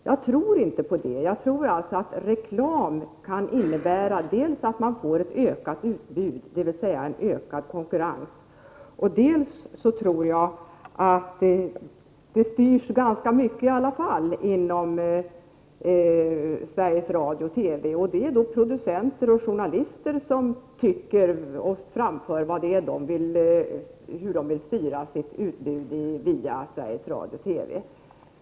Jag tror inte på det där, utan jag tror att reklam kan innebära dels att man får ett större utbud, dvs. en ökning av konkurrensen, dels att det i alla fall blir ganska mycket styrning inom Sveriges Radio TV.